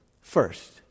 first